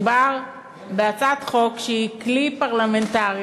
מדובר בהצעת חוק שהיא כלי פרלמנטרי,